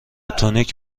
تونیک